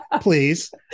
Please